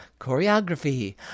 choreography